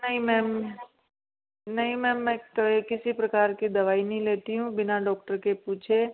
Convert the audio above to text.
नहीं मैम नहीं मैम मैं किसी प्रकार की दवाई नहीं लेती हूँ बिना डॉक्टर के पूछे